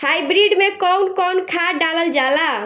Hybrid में कउन कउन खाद डालल जाला?